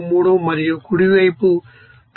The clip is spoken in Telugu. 123 మరియు కుడి వైపున 2